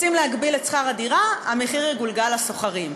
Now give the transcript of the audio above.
רוצים להגביל את שכר-הדירה, המחיר יגולגל לשוכרים.